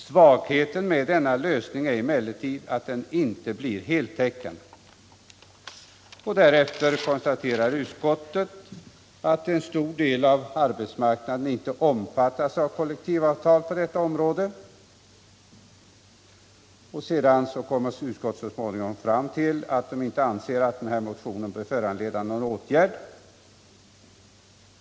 Svagheten med denna lösning är emellertid att den inte blir heltäckande.” Därefter konstaterar utskottet att en stor del av arbetsmarknaden inte omfattas av kollektivavtal på detta område. Sedan kommer utskottet så småningom fram till att denna motion inte bör föranleda någon åtgärd.